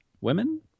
women